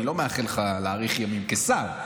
אני לא מאחל לך להאריך ימים כשר,